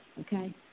okay